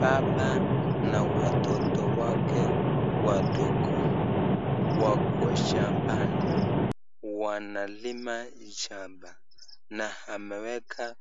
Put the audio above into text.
Baba na watoto wake wadogo. Wako shambani, Wanalima hii shamba, na ameweka